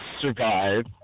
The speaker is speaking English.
survive